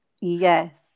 Yes